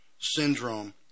syndrome